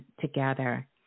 together